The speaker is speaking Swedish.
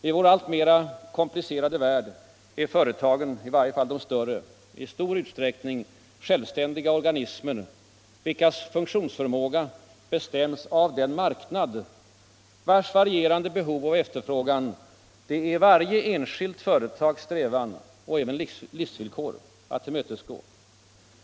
I vår alltmera komplicerade värld är företagen — i varje fall de större —i stor utsträckning självständiga organismer, vilkas funktionsförmåga bestäms av den marknad vars varierande behov och efterfrågan det är varje enskilt företags strävan, och även livsvillkor, att tillmötesgå.